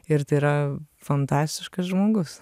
ir tai yra fantastiškas žmogus